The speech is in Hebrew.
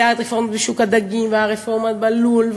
הייתה רפורמה בשוק הדגים והייתה רפורמה בלול,